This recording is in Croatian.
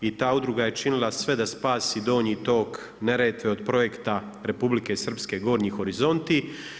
I ta udruga je činila sve da spasi donji tok Neretve od projekta Republike Srpske Gornji horizonti.